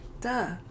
Duh